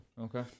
Okay